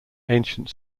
ancient